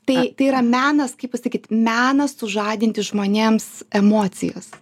tai tai yra menas kaip pasakyt menas sužadinti žmonėms emocijas